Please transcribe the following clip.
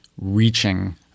reaching